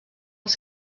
els